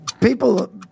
People